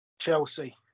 Chelsea